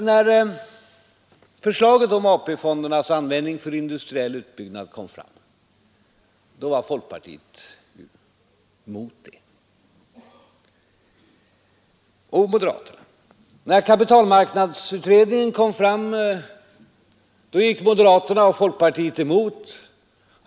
När förslaget om AP-fondernas användning för industriell utbyggnad fördes fram var folkpartiet och moderaterna emot det. När kapitalmarknadsutredningen lade fram sitt betänkande gick moderaterna och folkpartiet emot förslaget.